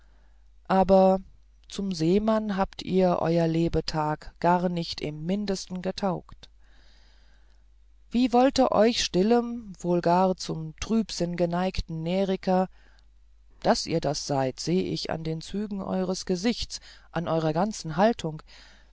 aber zum seemann habt ihr eure lebetage gar nicht im mindesten getaugt wie sollte euch stillem wohl gar zum trübsinn geneigten neriker daß ihr das seid seh ich an den zügen eures gesichts an eurer ganzen haltung